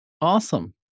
Awesome